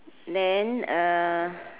then uh